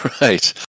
Right